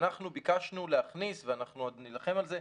אנחנו ביקשנו להכניס ואנחנו עוד נילחם על זה,